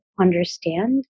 understand